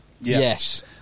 Yes